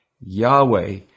Yahweh